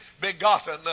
begotten